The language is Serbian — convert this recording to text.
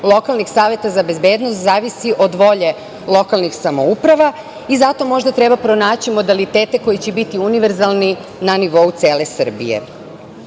lokalnih saveta za bezbednost zavisi od volje lokalnih samouprava i zato možda treba pronaći modelitete koji će biti univerzalni na nivou cele Srbije. Osim